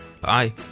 Bye